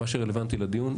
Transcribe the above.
מה שרלוונטי לדיון,